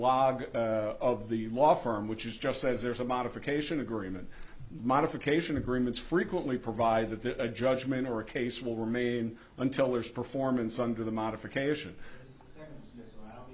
log of the law firm which is just says there is a modification agreement modification agreements frequently provide that a judgement or a case will remain until there's performance under the modification